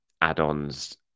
add-ons